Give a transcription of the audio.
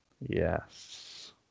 Yes